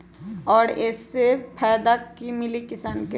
और ये से का फायदा मिली किसान के?